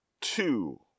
two